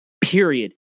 period